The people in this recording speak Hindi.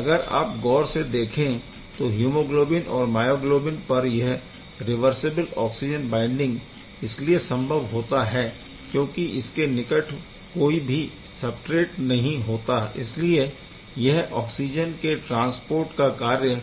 अगर आप गौर से देखे तो हीमोग्लोबिन और मायोग्लोबिन पर यह रिवर्सिबल ऑक्सिजन बाइंडिंग इसलिए संभव होता है क्योंकि इसके निकट कोई भी सबस्ट्रेट नहीं होता इसलिए यह ऑक्सिजन के ट्रांसपोर्ट का कार्य